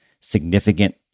significant